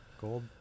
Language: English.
Gold